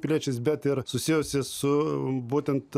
piliečiais bet ir susijusi su būtent